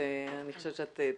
אני חושבת שאת תשמעי.